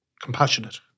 compassionate